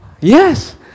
Yes